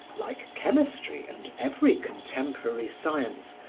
like chemistry and every contemporary science,